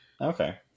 Okay